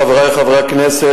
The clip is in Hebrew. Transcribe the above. חברי חברי הכנסת,